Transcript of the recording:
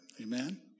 Amen